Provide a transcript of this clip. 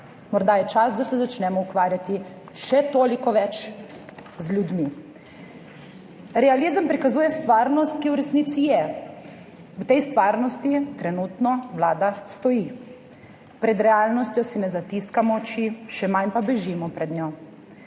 Morda je čas, da se začnemo ukvarjati še toliko več z ljudmi. Realizem prikazuje stvarnost, ki v resnici je. V tej stvarnosti trenutno Vlada stoji. Pred realnostjo si ne zatiskamo oči, še manj pa bežimo pred njo.